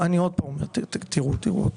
תיראו.